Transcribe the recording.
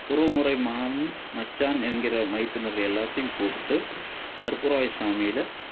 உறவுமுறை மாம் மச்சான் என்கிற மைத்துனர் எல்லாத்தேயும் கூப்பிட்டு கருப்பராயர் சாமியில்